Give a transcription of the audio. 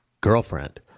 girlfriend